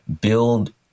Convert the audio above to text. build